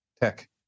tech